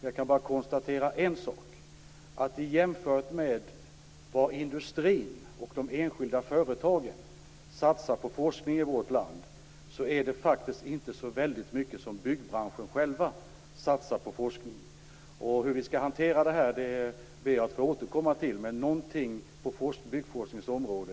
Jag kan bara konstatera en sak, nämligen att jämfört med vad industrin och de enskilda företagen satsar på forskning i vårt land är det faktiskt inte så väldigt mycket som byggbranschen själv satsar på forskning. Jag ber att få återkomma till hur vi skall hantera detta, men vi måste göra någonting på byggforskningens område.